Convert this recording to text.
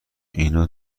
اینا